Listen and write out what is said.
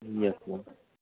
yes ma'am